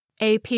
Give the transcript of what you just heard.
AP